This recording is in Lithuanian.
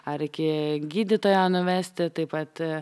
ar iki gydytojo nuvesti taip pat